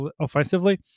offensively